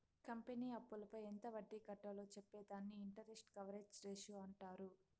company అప్పులపై ఎంత వడ్డీ కట్టాలో చెప్పే దానిని ఇంటరెస్ట్ కవరేజ్ రేషియో అంటారు